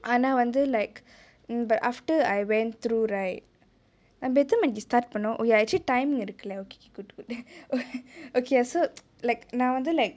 ஆனா வந்து:aana vanthu like mm but after I went through right நம்ப எத்தண மணிக்கு:namba ethanae manikku start பண்ணோ:panno oh ya actually timing இருக்குலே:irukulae okay good good okay so like நா வந்து:naa vanthu like